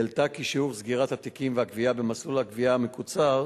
העלתה כי שיעור סגירת התיקים והגבייה במסלול הגבייה המקוצר